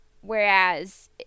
whereas